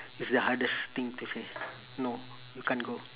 is the hardest thing to say no you can't go